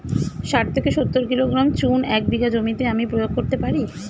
শাঠ থেকে সত্তর কিলোগ্রাম চুন এক বিঘা জমিতে আমি প্রয়োগ করতে পারি?